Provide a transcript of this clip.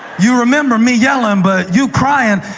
you remember me yelling, but you crying.